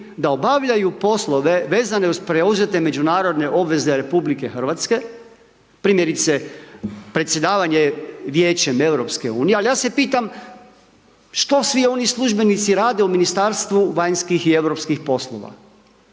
da obavljaju poslove vezane uz preuzete međunarodne obveze RH. Primjerice, predsjedavanje Vijećem EU, al, ja se pitam, što svi oni službenici rade u Ministarstvu vanjskih i europskih poslova?